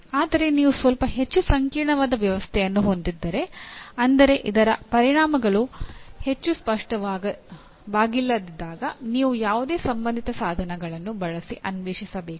ಆದರೆ ನೀವು ಸ್ವಲ್ಪ ಹೆಚ್ಚು ಸಂಕೀರ್ಣವಾದ ವ್ಯವಸ್ಥೆಯನ್ನು ಹೊಂದಿದ್ದರೆ ಅಂದರೆ ಇದರ ಪರಿಣಾಮಗಳು ಹೆಚ್ಚು ಸ್ಪಷ್ಟವಾಗಿಲ್ಲದಿದ್ದಾಗ ನೀವು ಯಾವುದೇ ಸಂಬಂಧಿತ ಸಾಧನಗಳನ್ನು ಬಳಸಿ ಅನ್ವೇಷಿಸಬೇಕು